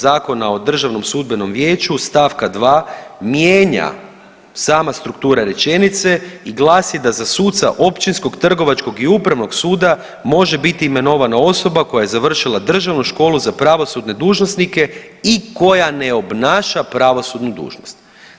Zakona o Državnom sudbenom vijeću stavka 2. mijenja sama struktura rečenice i glasi da za suca Općinskog trgovačkog i Upravnog suda može biti imenovana osoba koja je završila državnu školu za pravosudne dužnosnike i koja ne obnaša pravosudnu dužnost.